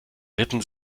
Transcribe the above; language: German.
ritten